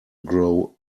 grow